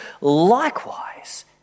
likewise